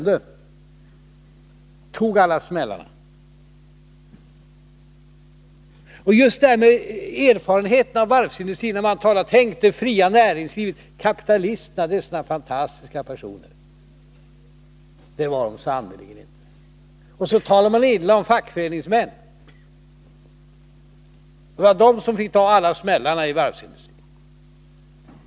De tog alla smällarna. Ta dessa erfarenheter från varvsindustrin! Man säger: Tänk, det fria näringslivet är så bra, och kapitalisterna är sådana fantastiska personer. Det var de sannerligen inte! Och så talar man illa om fackföreningsmän. Det var de som fick ta alla smällarna i varvsindustrin.